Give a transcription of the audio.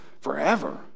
forever